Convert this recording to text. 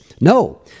No